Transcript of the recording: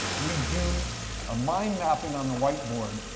we do ah mind mapping on the whiteboard,